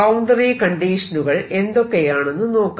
boundary കണ്ടീഷനുകൾ എന്തൊക്കെയാണെന്ന് നോക്കാം